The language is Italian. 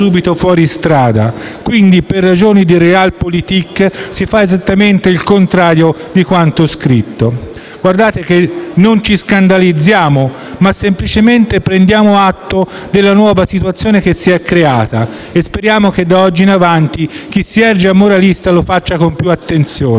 Quindi, per ragioni di *Realpolitik*, si fa esattamente il contrario di quanto scritto. Colleghi, non ci scandalizziamo, ma semplicemente prendiamo atto della nuova situazione che si è creata, e speriamo che da oggi in avanti chi si erge a moralista lo faccia con più attenzione.